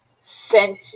sent